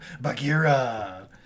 Bagheera